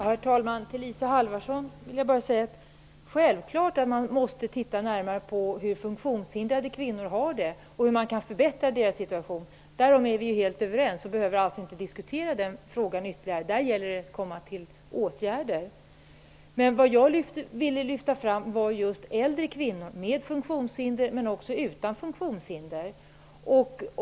Herr talman! Till Isa Halvarsson vill jag säga att man självklart måste se närmare på hur funktionshindrade kvinnor har det och hur man kan förbättra deras situation. Därom är vi helt överens. Vi behöver alltså inte diskutera den frågan mera, utan det gäller att vidta åtgärder. Vad jag ville lyfta fram var just frågan om äldre kvinnor med funktionshinder men också utan funtionshinder.